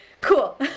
cool